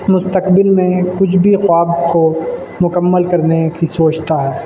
مستقبل میں کچھ بھی خواب کو مکمل کرنے کی سوچتا ہے